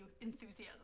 enthusiasm